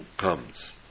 comes